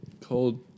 cold